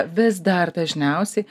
vis dar dažniausiai